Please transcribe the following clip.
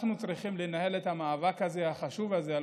אנחנו צריכים לנהל את המאבק החשוב הזה על